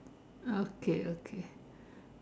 okay okay